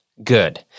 good